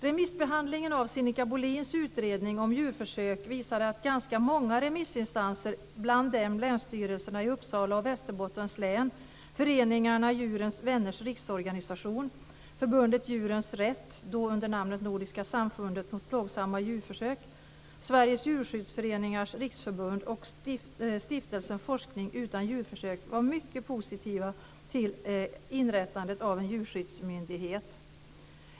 Remissbehandlingen av Sinikka Bohlins utredning om djurförsök visar att ganska många remissinstanser, bland dem länsstyrelserna i Uppsala och Riksorganisation, Förbundet djurens rätt - då under namnet Nordiska samfundet mot plågsamma djurförsök - Sveriges Djurskyddsföreningars Riksförbund och Stiftelsen Forskning utan djurförsök, var mycket positiva till inrättandet av en djurskyddsmyndighet.